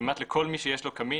כמעט לכל מי שיש לו קמין,